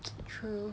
true